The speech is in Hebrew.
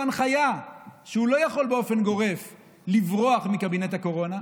הנחיה שהוא לא יכול באופן גורף לברוח מקבינט הקורונה.